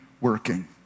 working